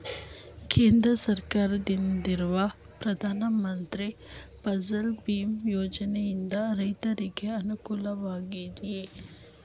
ಕೇಂದ್ರ ಸರ್ಕಾರದಿಂದಿರುವ ಪ್ರಧಾನ ಮಂತ್ರಿ ಫಸಲ್ ಭೀಮ್ ಯೋಜನೆಯಿಂದ ರೈತರಿಗೆ ಅನುಕೂಲವಾಗಿದೆಯೇ?